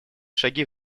шаги